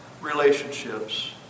relationships